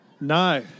No